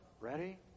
Ready